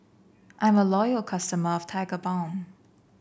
I'm a loyal customer of Tigerbalm